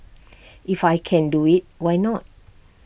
if I can do IT why not